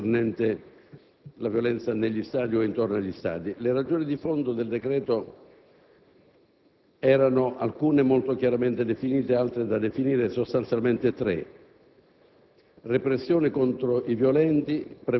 disegno di legge di conversione del decreto-legge concernente la violenza negli o intorno agli stadi. Le ragioni di fondo del decreto - alcune molto chiaramente definite, altre da definire - erano sostanzialmente tre: